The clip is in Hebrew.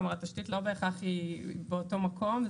כלומר, התשתית היא לא בהכרח באותו מקום.